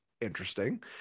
interesting